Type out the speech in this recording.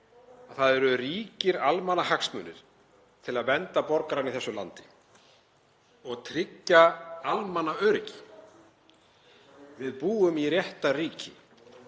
það eru ríkir almannahagsmunir til að vernda borgarana í þessu landi og tryggja almannaöryggi. Við búum í réttarríki.